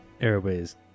Airways